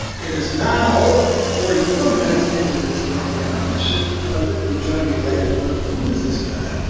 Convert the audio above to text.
it is now forty four minutes into this program, i should tell you if you join me late and wondering who is this guy,